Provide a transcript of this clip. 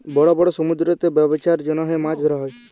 বড় বড় সমুদ্দুরেতে ব্যবছার জ্যনহে মাছ ধ্যরা হ্যয়